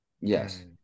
Yes